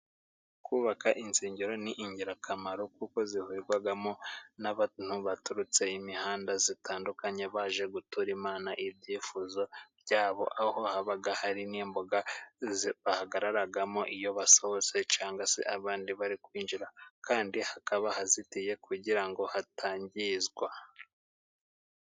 Kubaka insengero ni ingirakamaro kuko zihurirwamo n'abantu baturutse imihanda itandukanye baje guturara Imana ibyifuzo byabo, aho haba hari n'imbuga bahagararamo iyo basohotse cyangwa se abandi bari kwinjira ,kandi hakaba hazitiye kugira ngo hatangizwa.